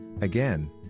Again